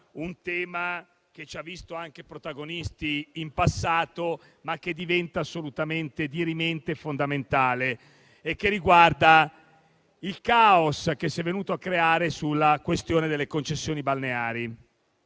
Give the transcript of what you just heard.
un tema che ci ha visti anche protagonisti in passato, ma che ora diventa assolutamente dirimente e fondamentale. Mi riferisco al caos che si è venuto a creare sulla questione delle concessioni balneari.